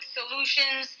solutions